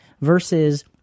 versus